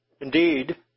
Indeed